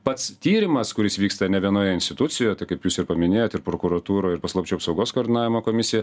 pats tyrimas kuris vyksta ne vienoje institucijoje tai kaip jūs ir paminėjot ir prokuratūroj ir paslapčių apsaugos koordinavimo komisija